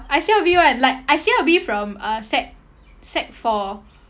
I C_L_B [one] like I C_L_B from uh sec sec four